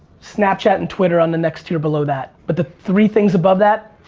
snapchat and twitter on the next tier below that. but the three things above that,